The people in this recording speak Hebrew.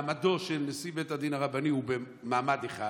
מעמדו של נשיא בית הדין הרבני הוא מעמד אחד